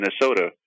Minnesota